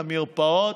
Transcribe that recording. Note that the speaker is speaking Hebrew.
למרפאות,